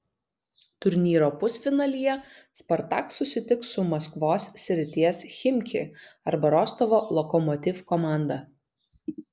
turnyro pusfinalyje spartak susitiks su maskvos srities chimki arba rostovo lokomotiv komanda